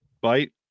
bite